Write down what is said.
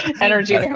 energy